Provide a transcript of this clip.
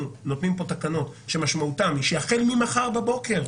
נותנים כאן תקנות שמשמעותן היא שהחל ממחר בבוקר,